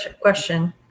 question